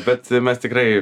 bet mes tikrai